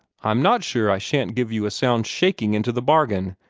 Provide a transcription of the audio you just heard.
i'm not sure i shan't give you a sound shaking into the bargain.